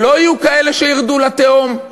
שלא יהיו כאלה שירדו לתהום?